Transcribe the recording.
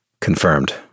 Confirmed